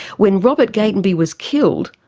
when robert gatenby was killed,